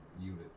unit